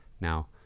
now